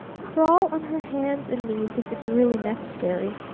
crawl on her hands and knees if it's really necessary.